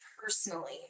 personally